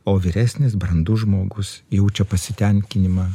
o vyresnis brandus žmogus jaučia pasitenkinimą